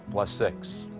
plus six.